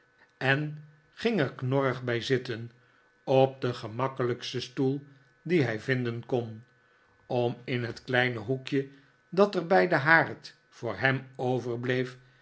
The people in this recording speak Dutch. n ging er knorrig bij zitten op den gemakkelijksten stoel dien hij vinden kon om in het kleine hoekje dat er bij den haard voor hem overbleef